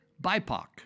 BIPOC